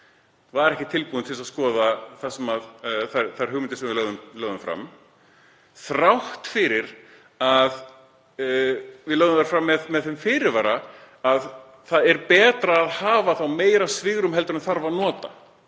var ekki tilbúin að skoða þær hugmyndir sem við lögðum fram, þrátt fyrir að við legðum þær fram með þeim fyrirvara að það væri betra að hafa meira svigrúm en þyrfti svo að nota.